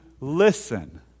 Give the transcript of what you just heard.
listen